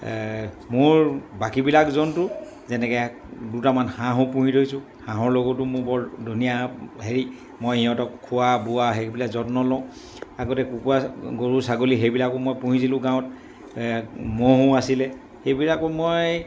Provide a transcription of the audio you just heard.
মোৰ বাকীবিলাক জন্তু যেনেকৈ দুটামান হাঁহো পুহি থৈছোঁ হাঁহৰ লগতো মোৰ বৰ ধুনীয়া হেৰি মই সিহঁতক খোৱা বোৱা সেইবিলাক যত্ন লওঁ আগতে কুকুৰা গৰু ছাগলী সেইবিলাকো মই পুহিছিলোঁ গাঁৱত ম'হো আছিলে সেইবিলাকো মই